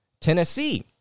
Tennessee